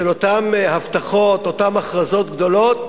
של אותן הבטחות, אותן הכרזות גדולות,